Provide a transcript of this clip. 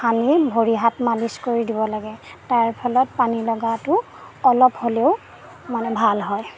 সানি ভৰি হাত মালিচ কৰি দিব লাগে তাৰফলত পানীলগাটো অলপ হ'লেও মানে ভাল হয়